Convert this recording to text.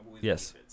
yes